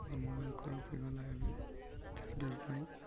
ମୋର ମୋବାଇଲ୍ ଖରାପ ହୋଇଗଲା ଏବେ ଚାର୍ଜର୍ ପାଇଁ